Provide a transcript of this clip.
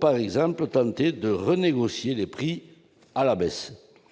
par exemple, pour tenter de renégocier les prix à la baisse